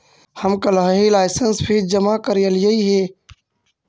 हम कलहही licence fee जमा करयलियइ हे